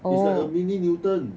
it's like a mini newton